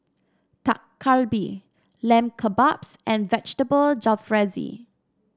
Dak Galbi Lamb Kebabs and Vegetable Jalfrezi